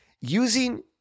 Using